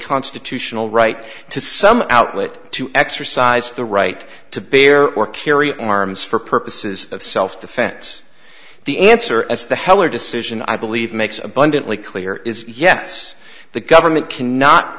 constitutional right to some outlet to exercise the right to bear or carry arms for purposes of self defense the answer as the heller decision i believe makes abundantly clear is yes the government cannot